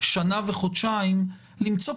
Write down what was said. שנה וחודשיים למצוא פתרונות,